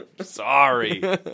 Sorry